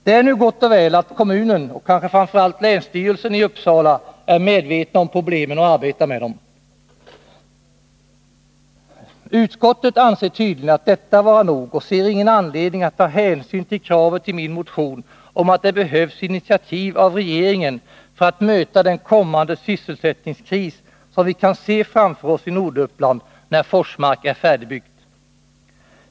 Det är nu gott och väl att kommunen och kanske framför allt länstyrelsen i Uppsala är medvetna om problemen och arbetar med dem. Utskottet anser tydligen detta vara nog och ser ingen anledning att ta hänsyn till kravet i min motion om att det behövs initiativ av regeringen för att möta den kommande sysselsättningskris som vi kan se framför oss i Norduppland när Forsmark är färdigbyggt.